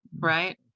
Right